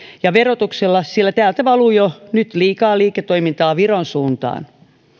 ja verotuksella sillä täältä valuu jo nyt liikaa liiketoimintaa viron suuntaan